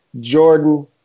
Jordan